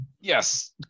Yes